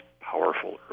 powerful